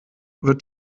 wird